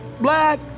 black